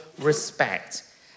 respect